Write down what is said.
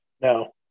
No